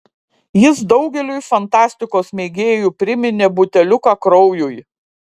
jis daugeliui fantastikos mėgėjų priminė buteliuką kraujui